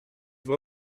have